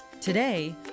Today